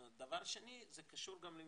ודבר שני, זה קשור גם למיקום.